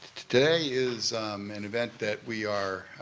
today is an event that we are